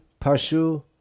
pashu